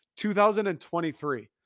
2023